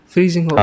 Freezing